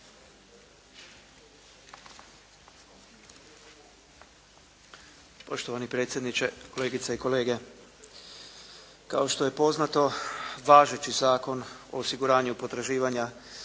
Poštovani predsjedniče, kolegice i kolege. Kao što je poznato, važeći Zakon o osiguranju potraživanja